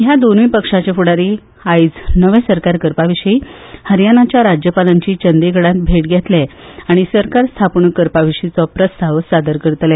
ह्या दोनूय पक्षांचो फुडारी आयज नवें सरकार करपा विशीं हरियाणाच्या राज्यपालांची चंदिगडांत भेट घेतले आनी सरकार स्थापणूक करपा विशींचो प्रस्ताव सादर करतले